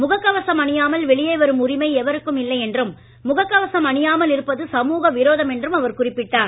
முகக் கவசம் அணியாமல் வெளியே வரும் உரிமை எவருக்கும் இல்லை என்றும் முகக் கவசம் அணியாமல் இருப்பது சமுக விரோதம் என்றும் அவர் குறிப்பிட்டார்